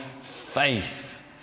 faith